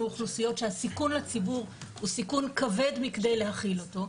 אוכלוסיות שהסיכון לציבור הוא סיכון כבד מכדי להכיל אותו,